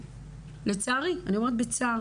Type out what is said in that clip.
לצערי, אני אומרת בצער,